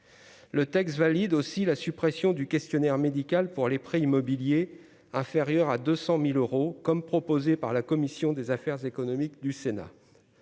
Le texte valide aussi la suppression du questionnaire médical pour les prêts immobiliers inférieur à 200000 euros, comme proposé par la commission des affaires économiques du Sénat,